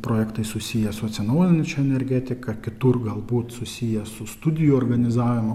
projektais susiję su atsinaujinančia energetika kitur galbūt susiję su studijų organizavimo